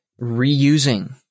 reusing